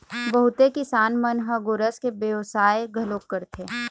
बहुते किसान मन ह गोरस के बेवसाय घलोक करथे